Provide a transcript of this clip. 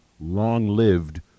long-lived